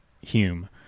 Hume